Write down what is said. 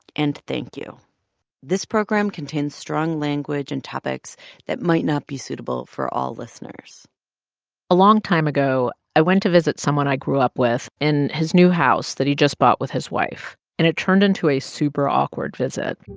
and thank you this program contains strong language and topics that might not be suitable for all listeners a long time ago, i went to visit someone i grew up with in his new house that he just bought with his wife. and it turned into a super-awkward visit